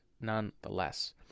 nonetheless